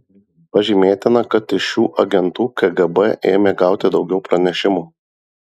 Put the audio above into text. pažymėtina kad iš šių agentų kgb ėmė gauti daugiau pranešimų